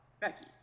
Becky